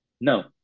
No